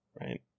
right